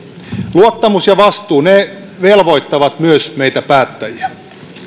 luottamus ja vastuu velvoittavat myös meitä päättäjiä